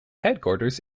headquarters